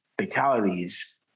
fatalities